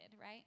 right